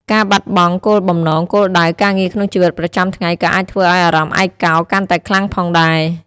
ការបាត់បង់គោលបំណង គោលដៅ ការងារក្នុងជីវិតប្រចាំថ្ងៃក៏អាចធ្វើឱ្យអារម្មណ៍ឯកោកាន់តែខ្លាំងផងដែរ។